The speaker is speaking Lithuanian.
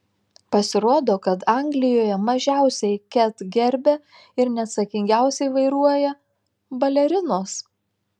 pasirodo kad anglijoje mažiausiai ket gerbia ir neatsakingiausiai vairuoja balerinos